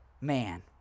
man